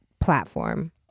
platform